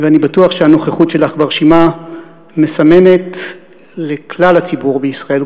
ואני בטוח שהנוכחות שלך ברשימה מסמנת לכלל הציבור בישראל,